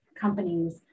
companies